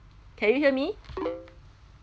can you hear me